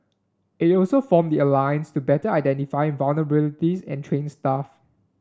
it also formed the alliance to better identify vulnerabilities and train staff